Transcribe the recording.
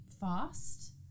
fast